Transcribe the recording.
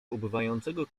ubywającego